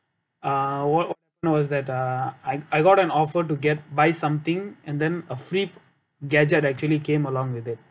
everyone knows that uh I I got an offer to get buy something and then a free gadget actually came along with it